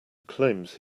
claims